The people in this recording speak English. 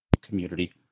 community